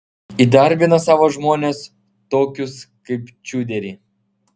įdarbino savo žmones tokius kaip čiuderį